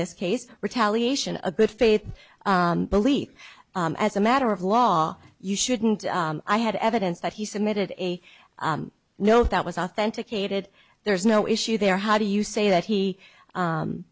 this case retaliation a good faith belief as a matter of law you shouldn't i had evidence that he submitted a note that was authenticated there's no issue there how do you say that he